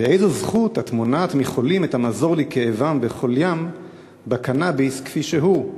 באיזו זכות את מונעת מחולים את המזור לכאבם וחוליים בקנאביס כפי שהוא,